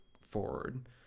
forward